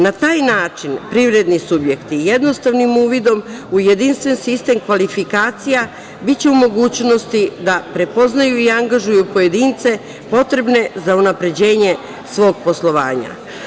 Na taj način privredni subjekti jednostavnim uvidom u jedinstven sistem kvalifikacija biće u mogućnosti da prepoznaju i angažuju pojedince potrebne za unapređenje svog poslovanja.